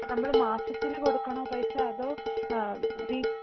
നമ്മൾ മാസത്തിൽ കൊടുക്കണോ പൈസ അതോ